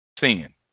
sin